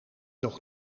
nog